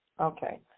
Okay